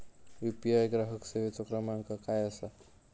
UPI ग्राहक सेवेचो क्रमांक काय असा?